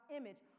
image